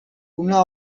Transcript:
una